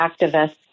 activists